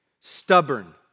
stubborn